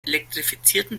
elektrifizierten